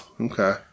Okay